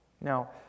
Now